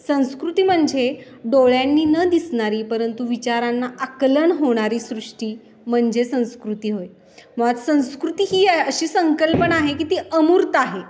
संस्कृती म्हणजे डोळ्यांनी न दिसणारी परंतु विचारांना आकलन होणारी सृष्टी म्हणजे संस्कृती होय मग आता संस्कृती ही अशी संकल्पना आहे की ती अमूर्त आहे